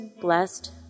blessed